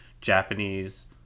Japanese